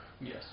Yes